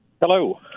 hello